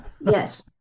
Yes